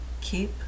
keep